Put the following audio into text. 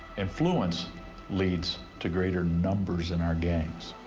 influence leads to greater numbers in our gangs